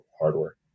hardware